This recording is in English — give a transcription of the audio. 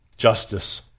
Justice